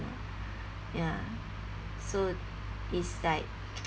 ya so it's like